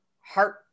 heart